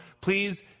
please